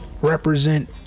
represent